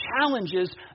challenges